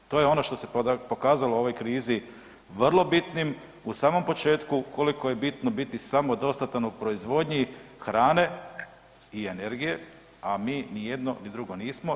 To je ono što se pokazalo u ovoj krizi vrlo bitnim, na samom početku koji je bitno biti samodostatan u proizvodnji hrane i energije, a mi ni jedno ni drugo nismo.